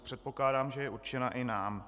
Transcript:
Předpokládám, že je určena i nám: